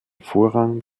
vorrang